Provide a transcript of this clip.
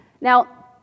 Now